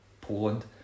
Poland